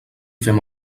fem